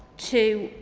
two,